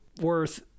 worth